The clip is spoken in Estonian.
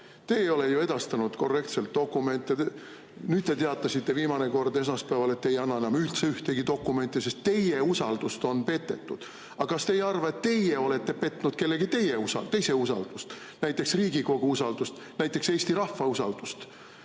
Te ei ole ju edastanud korrektselt dokumente. Te teatasite viimane kord esmaspäeval, et te ei anna enam ühtegi dokumenti, sest teie usaldust on petetud. Aga kas te ei arva, et teie olete petnud kellegi teise usaldust, näiteks Riigikogu usaldust, näiteks Eesti rahva usaldust?